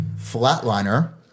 Flatliner